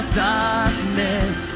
darkness